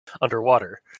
underwater